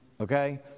Okay